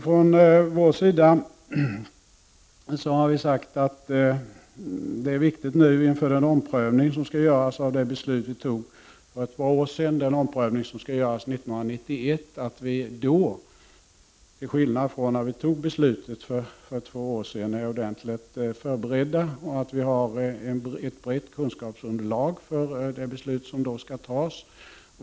Från vår sida har vi sagt att det är viktigt att vi, inför den prövning som skall göras 1991 av det beslut som fattades, till skillnad från när vi fattade beslutet för två år sedan, är ordentligt beredda och att vi har ett brett kunskapsunderlag för det beslut som sedan skall fattas.